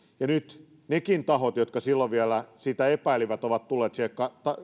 nyt nekin tahot jotka silloin vielä sitä epäilivät ovat tulleet sille